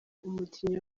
umukinnyi